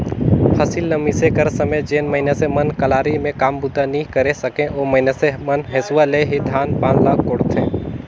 फसिल ल मिसे कर समे जेन मइनसे मन कलारी मे काम बूता नी करे सके, ओ मइनसे मन हेसुवा ले ही धान पान ल कोड़थे